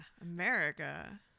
America